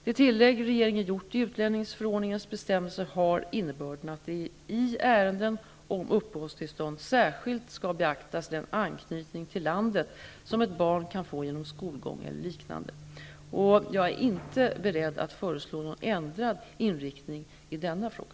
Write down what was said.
Det tillägg regeringen gjort i utlänningsförordningens bestämmelser har innebörden att det i ärenden om uppehållstillstånd särskilt skall beaktas den anknytning till landet som ett barn kan få genom skolgång eller liknande. Jag är inte beredd att föreslå någon ändrad inriktning i denna fråga.